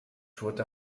tourte